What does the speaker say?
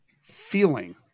feeling